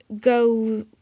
go